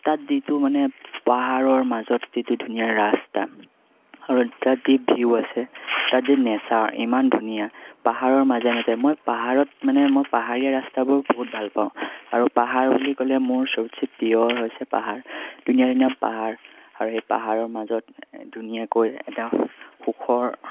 তাত যিটো মানে পাহাৰৰ মাজত যিটো ধুনীয়া ৰাস্তা আৰু তাত যি ভিউ আছে তাত যি নেচাৰ ইমান ধুনীয়া পাহাৰৰ মাজে মাজে মই পাহাৰত মানে মই পাহাৰীয়া ৰাস্তাবোৰ বহুত ভাল পাওঁ আৰু পাহাৰ বুলি ক'লে মোৰ সবচে প্ৰিয় হৈছে পাহাৰ ধুনীয়া ধুনীয়া পাহাৰ আৰু সেই পাহাৰৰ মাজত ধুনীয়াকৈ এটা সুখৰ